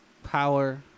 power